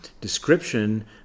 description